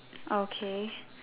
okay